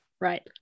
Right